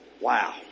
Wow